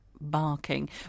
barking